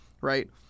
right